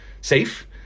safe